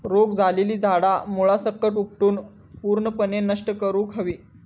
रोग झालेली झाडा मुळासकट उपटून पूर्णपणे नष्ट करुक हवी